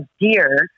deer